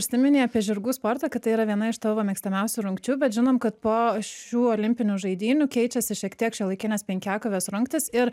užsiminei apie žirgų sportą kad tai yra viena iš tavo mėgstamiausių rungčių bet žinom kad po šių olimpinių žaidynių keičiasi šiek tiek šiuolaikinės penkiakovės rungtys ir